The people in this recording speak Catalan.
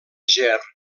ger